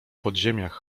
podziemiach